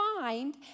find